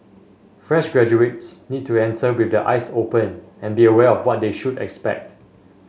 fresh graduates need to enter with their eyes open and be aware of what they should expect